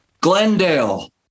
Glendale